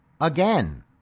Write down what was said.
again